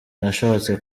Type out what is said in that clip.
nashatse